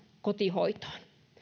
kotihoitoon